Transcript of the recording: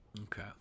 Okay